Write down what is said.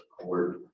court